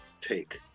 take